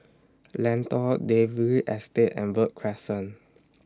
Lentor Dalvey Estate and Verde Crescent